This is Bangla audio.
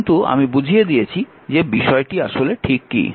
কিন্তু আমি বুঝিয়ে দিয়েছি যে বিষয়টি আসলে ঠিক কী